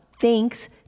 Thanks